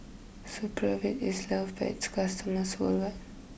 Supravit is loved by its customers worldwide